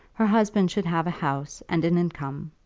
her husband should have a house and an income.